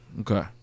Okay